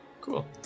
Cool